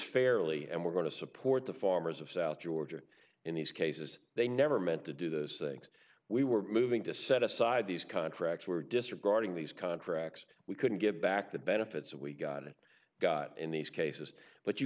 fairly and we're going to support the farmers of south georgia in these cases they never meant to do those things we were moving to set aside these contracts were disregarding these contracts we couldn't give back the benefits that we got it got in these cases but you